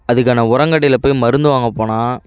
அதுக்கான உரங் கடையில் போய் மருந்து வாங்கப் போனால்